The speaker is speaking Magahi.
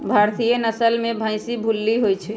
भारतीय नसल में भइशी भूल्ली होइ छइ